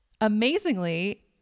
Amazingly